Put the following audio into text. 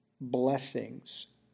blessings